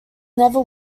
never